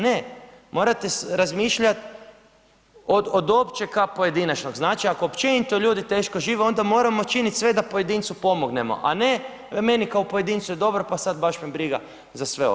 Ne, morate razmišljat od općeg ka pojedinačnom, znači ako općenito ljudi teško žive onda moramo činit sve da pojedincu pomognemo, a ne meni kao pojedincu je dobro pa sad baš me briga za sve ostalo.